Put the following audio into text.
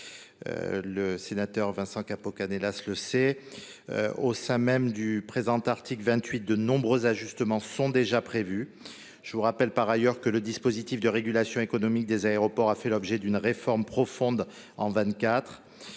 le sénateur Vincent Capo Canellas le sait. Au sein même du présent article, de nombreux ajustements sont prévus. Je vous rappelle, par ailleurs, que le dispositif de régulation économique des aéroports a fait l’objet d’une réforme profonde en 2024.